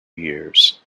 years